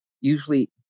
usually